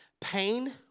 pain